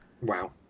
Wow